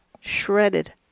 shredded